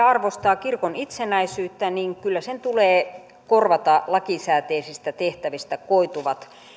arvostaa kirkon itsenäisyyttä niin kyllä sen tulee korvata lakisääteisistä tehtävistä koituvat